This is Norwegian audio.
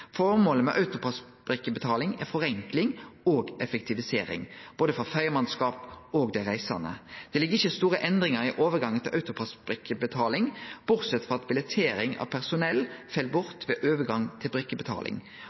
Formålet med AutoPASS-brikkebetaling er forenkling og effektivisering, både for ferjemannskapet og for dei reisande. Det ligg ikkje store endringar i overgangen til AutoPASS-brikkebetaling bortsett frå at billettering frå personell fell bort ved overgangen til brikkebetaling.